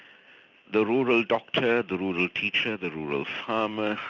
the rural doctor, the rural teacher, the rural farmer,